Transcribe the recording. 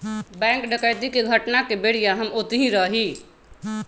bank डकैती के घटना के बेरिया हम ओतही रही